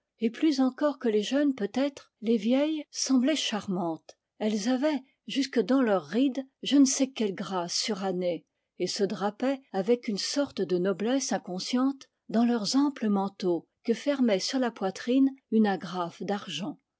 et plus encore que les jeunes peut-être les vieilles semblaient charmantes elles avaient jusque dans leurs rides je ne sais quelle grâce surannée et se drapaient avec une sorte de noblesse inconsciente dans leurs amples manteaux que fermait sur la poitrine une agrafe d'argent